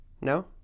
No